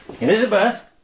Elizabeth